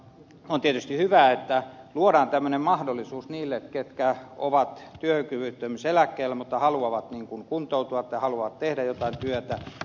on tietysti hyvä että luodaan tämmöinen mahdollisuus niille ketkä ovat työkyvyttömyyseläkkeellä mutta haluavat kuntoutua tai haluavat tehdä jotain työtä